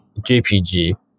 JPG